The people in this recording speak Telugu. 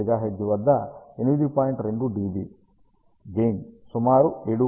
2 dBm గెయిన్ సుమారు 7